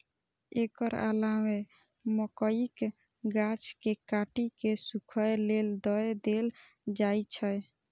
एकर अलावे मकइक गाछ कें काटि कें सूखय लेल दए देल जाइ छै